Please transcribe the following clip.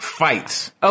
fights